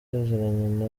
yasezeranye